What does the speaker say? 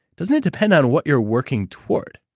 doesn't it depend on what you're working toward?